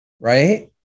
right